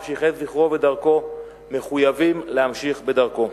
ממשיכי זכרו ודרכו מחויבים להמשיך בדרכו.